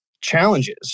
challenges